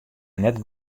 net